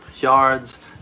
yards